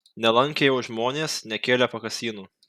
nelankė jo žmonės nekėlė pakasynų